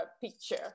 picture